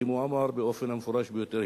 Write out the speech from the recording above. הוא אמר באופן המפורש ביותר.